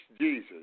Jesus